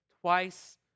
twice